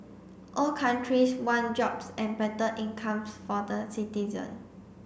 all countries want jobs and better incomes for the citizen